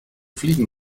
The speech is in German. fliegen